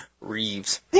Reeves